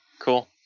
Cool